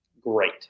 great